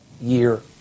year